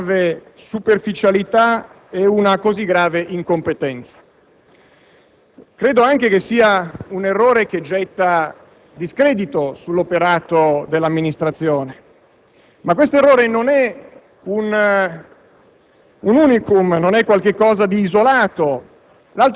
quando è lo Stato stesso a dimostrare una così grave superficialità e incompetenza. Peraltro, credo si tratti di un errore che getta discredito sull'operato dell'amministrazione. Ma questo errore non è un